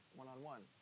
one-on-one